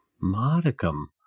modicum